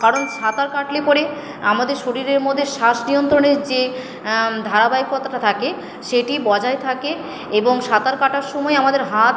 কারণ সাঁতার কাটলে পরে আমাদের শরীরের মধ্যে শ্বাস নিয়ন্ত্রণের যে ধারাবাহিকতাটা থাকে সেটি বজায় থাকে এবং সাঁতার কাটার সময় আমাদের হাত